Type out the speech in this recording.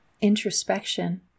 introspection